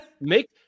make